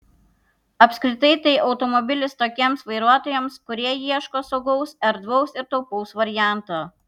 apskritai tai automobilis tokiems vairuotojams kurie ieško saugaus erdvaus ir taupaus varianto